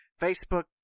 Facebook